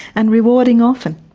and rewarding often.